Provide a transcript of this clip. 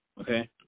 okay